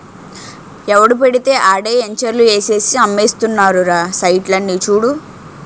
ఎవడు పెడితే ఆడే ఎంచర్లు ఏసేసి అమ్మేస్తున్నారురా సైట్లని చూడు